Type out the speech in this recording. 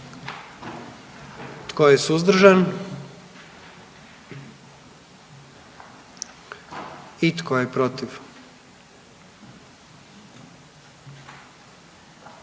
Tko je suzdržan? I tko je protiv?